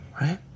right